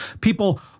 People